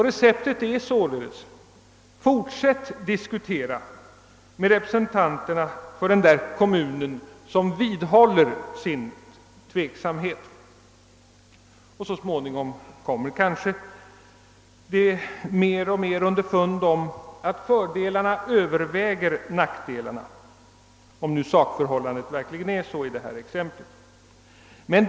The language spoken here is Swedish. Receptet är således: Låt oss diskutera med representanterna för den kommun som vidhåller sin tveksamhet! Så småningom kommer de kanske underfund med att fördelarna överväger nackdelarna — om nu sakförhållandet verkligen är sådant i detta exempel.